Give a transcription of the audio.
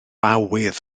awydd